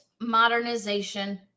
Modernization